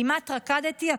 כמעט רקדתי.